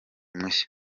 mushya